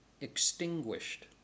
extinguished